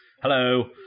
hello